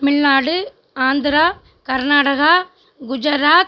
Tamil Nadu Andhra Karnataka Gujarat